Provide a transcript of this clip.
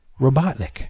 Robotnik